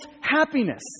happiness